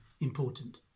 important